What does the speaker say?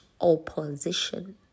opposition